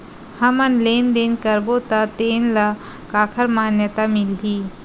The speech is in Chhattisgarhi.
हमन लेन देन करबो त तेन ल काखर मान्यता मिलही?